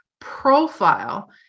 profile